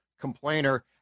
complainer